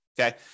Okay